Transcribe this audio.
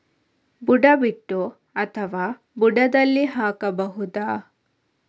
ಬುಡ ಬಿಟ್ಟು ಅಥವಾ ಬುಡದಲ್ಲಿ ಹಾಕಬಹುದಾ?